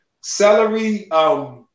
Celery